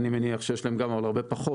אני מניח שיש להם גם, אבל הרבה פחות.